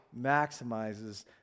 maximizes